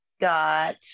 got